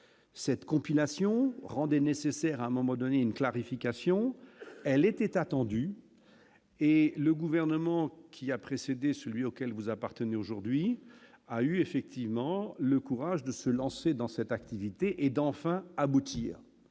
cette compilation rendait nécessaire à un moment donné une clarification, elle était attendue, et le gouvernement qui a précédé celui auquel vous appartenez aujourd'hui a eu effectivement le courage de se lancer dans cette activité et d'enfin aboutir,